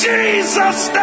Jesus